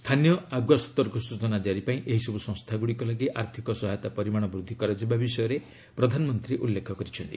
ସ୍ଥାନୀୟ ଆଗୁଆ ସତର୍କ ସୂଚନା ଜାରି ପାଇଁ ଏହିସବୁ ସଂସ୍ଥାଗୁଡ଼ିକ ଲାଗି ଆର୍ଥିକ ସହାୟତା ପରିମାଣ ବୃଦ୍ଧି କରାଯିବା ବିଷୟରେ ପ୍ରଧାନମନ୍ତ୍ରୀ ଉଲ୍ଲେଖ କରିଛନ୍ତି